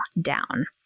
down